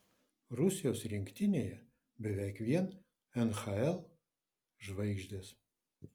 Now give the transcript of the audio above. rusijos rinktinėje beveik vien nhl žvaigždės